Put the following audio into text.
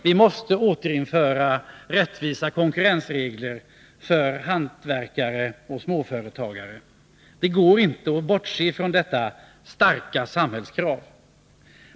Vi måste återinföra rättvisa konkurrensregler för hantverkare och småföretagare. Det går inte att bortse från detta starka samhällskrav.